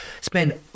spend